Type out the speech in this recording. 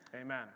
Amen